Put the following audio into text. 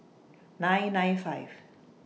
nine nine five